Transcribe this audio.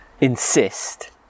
insist